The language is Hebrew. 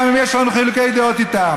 גם אם יש לנו חילוקי דעות איתם,